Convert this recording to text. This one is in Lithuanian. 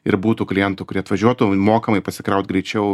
ir būtų klientų kurie atvažiuotų mokamai pasikraut greičiau